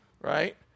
right